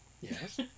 Yes